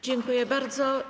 Dziękuję bardzo.